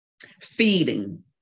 feeding